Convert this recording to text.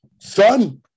son